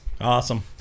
awesome